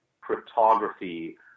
cryptography